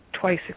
twice